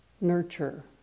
nurture